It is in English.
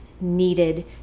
needed